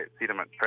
sediment